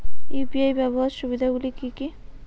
UPI ব্যাবহার সুবিধাগুলি কি কি?